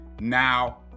Now